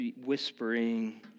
whispering